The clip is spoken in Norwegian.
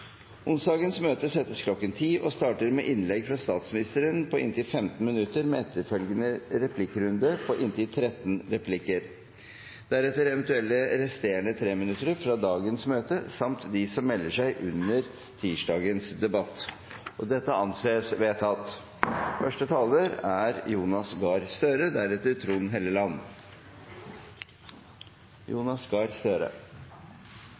Onsdagens møte settes kl. 10.00 og starter med et innlegg fra statsministeren på inntil 15 minutter, med etterfølgende replikkrunde på inntil 13 replikker. Deretter kommer eventuelle resterende treminuttersinnlegg fra dagens møte samt de som melder seg under onsdagens debatt. – Dette anses vedtatt.